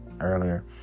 earlier